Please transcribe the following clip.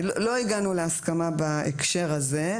לא הגענו להסכמה בהקשר הזה.